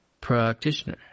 practitioner